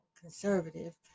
conservative